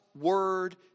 word